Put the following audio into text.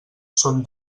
són